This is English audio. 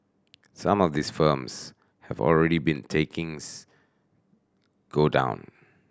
some of these firms have already been takings go down